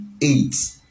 eight